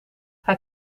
hij